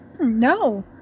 No